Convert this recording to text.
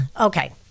okay